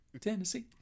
Tennessee